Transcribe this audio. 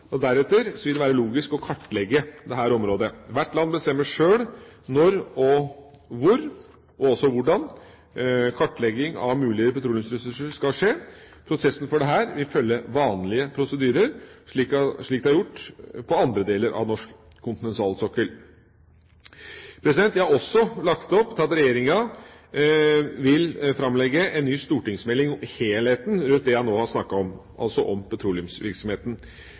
Deretter vil det være logisk å kartlegge dette området. Hvert land bestemmer sjøl når og hvor og hvordan kartlegging av mulige petroleumsressurser skal skje. Prosessen for dette vil følge vanlige prosedyrer, slik det er gjort på andre deler av norsk kontinentalsokkel. Jeg har også lagt opp til at regjeringa vil framlegge en ny stortingsmelding om helheten rundt det jeg nå har snakket om, altså om petroleumsvirksomheten.